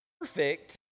perfect